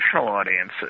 audiences